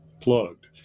plugged